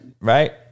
right